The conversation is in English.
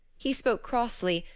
he spoke crossly,